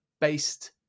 based